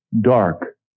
dark